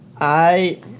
I